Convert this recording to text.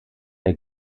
der